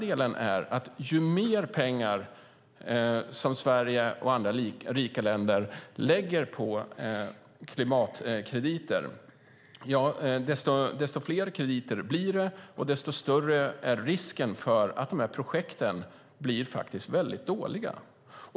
Det andra är att ju mer pengar som Sverige och andra rika länder lägger på klimatkrediter, desto fler krediter blir det och desto större är risken att projekten blir väldigt dåliga.